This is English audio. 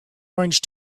orange